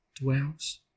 dwells